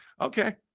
Okay